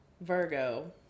Virgo